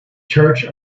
church